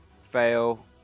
fail